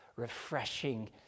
refreshing